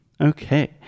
Okay